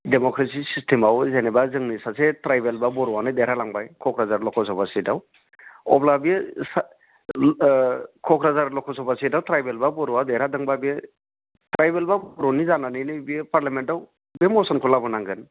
democracy सिस्टेमाव जेनेबा जोंनि सासे ट्राइबेल बा बर'आनो देरहालांबाय क'क्राझार लक' सभा सिटआव अब्ला बियो क'क्राझार लक' सभा सिटआव ट्राइबेल बा बर'आ देरहादोंबा बे ट्राइबेल बा बर'नि जानानैनो बियो पार्लियामेन्टआव बे मसनखौ लाबोनांगोन